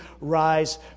rise